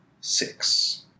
six